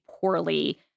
poorly